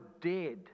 dead